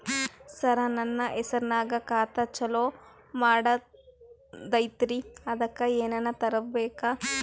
ಸರ, ನನ್ನ ಹೆಸರ್ನಾಗ ಖಾತಾ ಚಾಲು ಮಾಡದೈತ್ರೀ ಅದಕ ಏನನ ತರಬೇಕ?